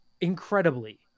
incredibly